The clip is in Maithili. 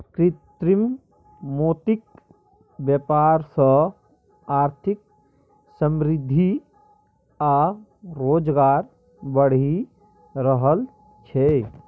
कृत्रिम मोतीक बेपार सँ आर्थिक समृद्धि आ रोजगार बढ़ि रहल छै